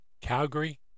Calgary